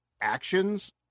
actions